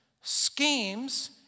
schemes